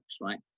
right